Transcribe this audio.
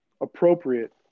appropriate